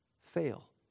Fail